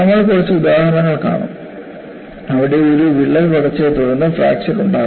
നമ്മൾ കുറച്ച് ഉദാഹരണങ്ങൾ കാണും അവിടെ ഒരു വിള്ളൽ വളർച്ചയെ തുടർന്ന് ഫ്രാക്ചർ ഉണ്ടാകും